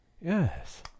Yes